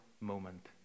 moment